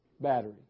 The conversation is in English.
battery